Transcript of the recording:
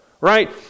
right